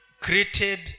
created